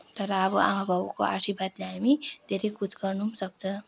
तर अब आमा बाउको आशिर्वादले हामी धेरै कुछ गर्न पनि सक्छ